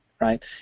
right